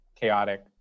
chaotic